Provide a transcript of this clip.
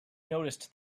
noticed